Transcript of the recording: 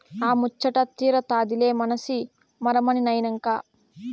ఆ ముచ్చటా తీరతాదిలే మనసి మరమనినైనంక